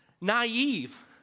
naive